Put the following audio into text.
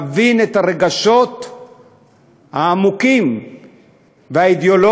להבין את הרגשות העמוקים והאידיאולוגיים